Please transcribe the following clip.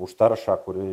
už taršą kuri